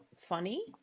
funny